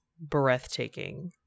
breathtaking